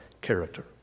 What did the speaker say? character